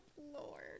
Lord